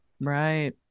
right